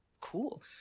cool